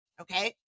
Okay